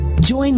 Join